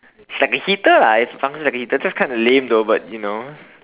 it's like a heater lah it functions like a heater just kinda lame though but you know